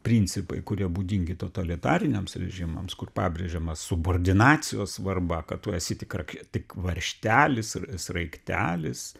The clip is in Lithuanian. principai kurie būdingi totalitariniams režimams kur pabrėžiama subordinacijos svarba kad tu esi tik rak tik varžtelis ir sraigtelis